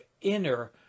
inner